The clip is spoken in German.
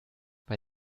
bei